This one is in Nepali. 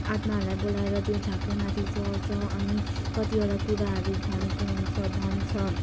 आत्माहरूलाई बोलाएर त्यो झाँक्रीमाथि चढ्छ अनि कतिवटा कुराहरू भनेको हुन्छ भन्छ